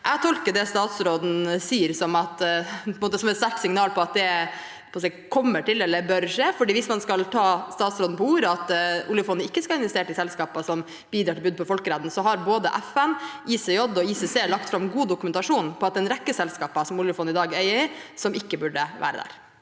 Jeg tolker det statsråden sier, som et sterkt signal om at det på sikt kommer til å skje eller bør skje. Hvis man skal ta statsråden på ordet – at oljefondet ikke skal være investert i selskaper som bidrar til brudd på folkeretten – har både FN, ICJ og ICC lagt fram god dokumentasjon på at en rekke selskaper som oljefondet i dag er eier i, ikke burde være der.